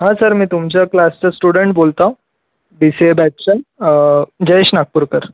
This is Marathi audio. हा सर मी तुमच्या क्लासच्या स्टुडंट बोलताव बी सी ए बॅचचा जयेश नागपूरकर